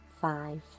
five